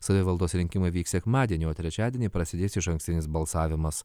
savivaldos rinkimai vyks sekmadienį o trečiadienį prasidės išankstinis balsavimas